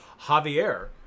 Javier